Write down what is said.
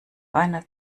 einer